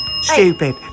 Stupid